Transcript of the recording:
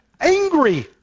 angry